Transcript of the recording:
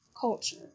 culture